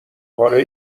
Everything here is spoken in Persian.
پاره